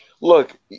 Look